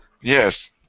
Yes